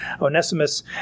Onesimus